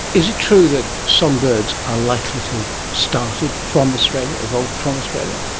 is it true that songbirds are likely to have started from australia, evolved from australia?